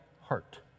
heart